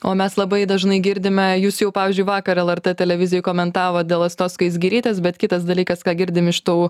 o mes labai dažnai girdime jūs jau pavyzdžiui vakar lrt televizijai komentavot dėl astos skaisgirytės bet kitas dalykas ką girdim iš tų